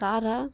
তারা